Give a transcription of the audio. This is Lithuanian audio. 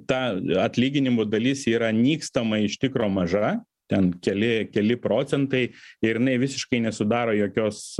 ta atlyginimų dalis yra nykstamai iš tikro maža ten keli keli procentai ir jinai visiškai nesudaro jokios